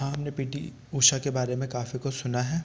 हाँ हमने P T Usha के बारे में काफ़ी कुछ सुना है